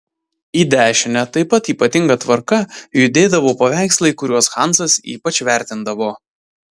į dešinę taip pat ypatinga tvarka judėdavo paveikslai kuriuos hansas ypač vertindavo